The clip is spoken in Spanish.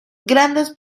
grandes